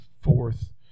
fourth